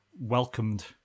welcomed